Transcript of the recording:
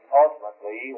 ultimately